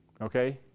Okay